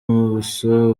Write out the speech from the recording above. ubuso